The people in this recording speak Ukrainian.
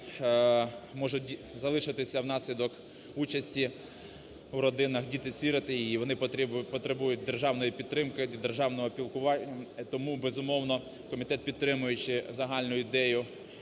можуть залишитися внаслідок участі в родинах діти-сироти, і вони потребують державної підтримки і державного піклування. Тому, безумовно, комітет, підтримуючи загальну ідею